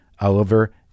oliver